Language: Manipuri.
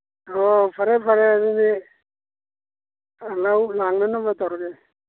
ꯑꯣ ꯐꯔꯦ ꯐꯔꯦ ꯑꯗꯨꯗꯤ ꯂꯧ ꯂꯥꯛꯅꯅꯕ ꯇꯧꯔꯒꯦ